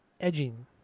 Edging